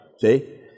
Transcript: See